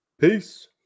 peace